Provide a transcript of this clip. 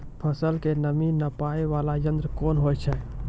फसल के नमी नापैय वाला यंत्र कोन होय छै